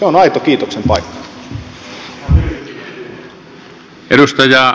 se on aito kiitoksen paikka